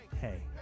Hey